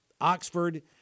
Oxford